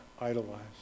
idolized